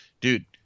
dude